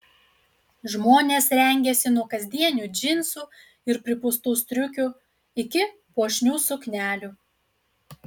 žmonės rengėsi nuo kasdienių džinsų ir pripūstų striukių iki puošnių suknelių